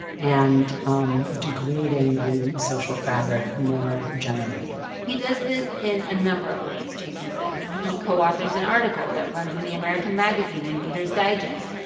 and um degrading the social fabric more generally he does this in a number of ways, chasin says. he co-authors an article that runs in the american magazine and reader's digest.